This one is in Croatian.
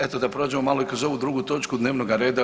Eto da prođemo malo i kroz ovu drugu točku dnevnoga reda.